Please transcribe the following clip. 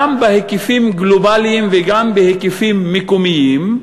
גם בהיקפים גלובליים וגם בהיקפים מקומיים,